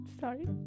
sorry